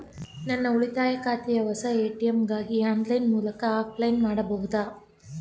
ನನ್ನ ಉಳಿತಾಯ ಖಾತೆಯ ಹೊಸ ಎ.ಟಿ.ಎಂ ಗಾಗಿ ಆನ್ಲೈನ್ ಮೂಲಕ ಅಪ್ಲೈ ಮಾಡಬಹುದೇ?